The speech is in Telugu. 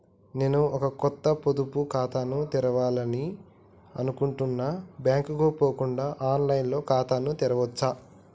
నేను ఒక కొత్త పొదుపు ఖాతాను తెరవాలని అనుకుంటున్నా బ్యాంక్ కు పోకుండా ఆన్ లైన్ లో ఖాతాను తెరవవచ్చా?